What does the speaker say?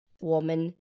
woman